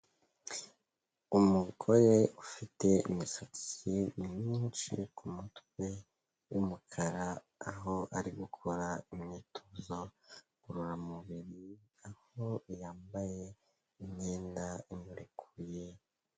Umugore ufite imisatsi myinshi ku mutwe y'umukara, aho ari gukora imyitozo ngororamubiri, aho yambaye imyenda imurekuye.